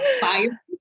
fire